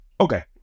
Okay